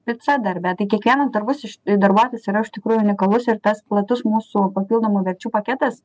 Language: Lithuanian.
pica darbe tai kiekvienas darbus iš darbuotojas yra iš tikrųjų unikalus ir tas platus mūsų papildomų verčių paketas